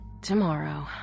Tomorrow